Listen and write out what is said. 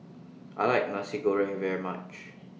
I like Nasi Goreng very much